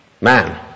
man